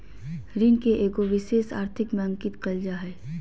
ऋण के एगो विशेष आर्थिक में अंकित कइल जा हइ